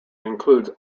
includes